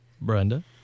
Brenda